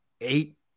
eight